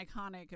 iconic